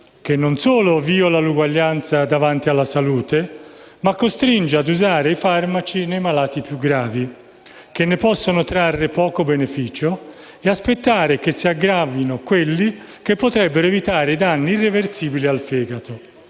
che non solo viola l'uguaglianza davanti alla salute, ma costringe a usare i farmaci nei malati più gravi, che ne possono trarre poco beneficio, e ad aspettare che si aggravino quelli che potrebbero evitare i danni irreversibili al fegato.